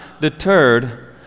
deterred